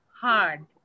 hard